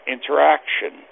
Interaction